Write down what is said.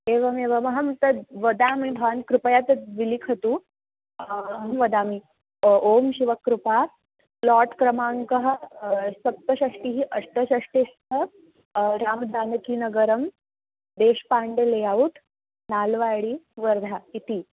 एवमेवमहं तद् वदामि भवान् कृपया तद् विलिखतु अनुवदामि ओं शिवकृपा प्लोट् क्रमाङ्कः सप्तषष्टिः अष्टषष्टिश्च रामजानकीनगरम् देशपाण्डे लेऔट् नाल्वाडी वर्धा इति